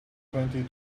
twenty